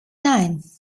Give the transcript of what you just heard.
nein